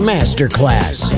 Masterclass